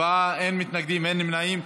בעד, 57, אין מתנגדים ואין נמנעים.